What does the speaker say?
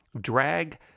Drag